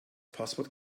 passwort